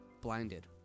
Blinded